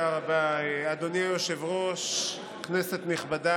אם את רוצה לצאת, נעשה את זה בקלות.